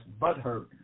butthurt